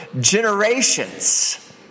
generations